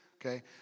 okay